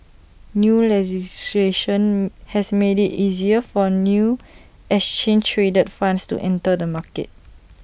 new legislation has made IT easier for new exchange traded funds to enter the market